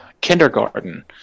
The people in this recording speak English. kindergarten